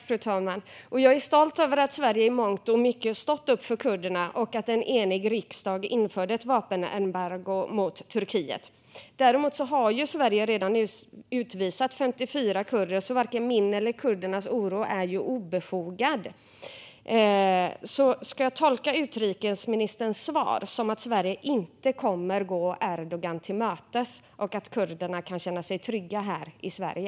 Fru talman! Jag är stolt över att Sverige i mångt och mycket stått upp för kurderna och att en enig riksdag införde ett vapenembargo mot Turkiet. Däremot har Sverige redan utvisat 54 kurder, så varken min eller kurdernas oro är obefogad. Ska jag tolka utrikesministerns svar som att Sverige inte kommer att gå Erdogan till mötes och att kurderna kan känna sig trygga här i Sverige?